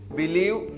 believe